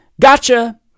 Gotcha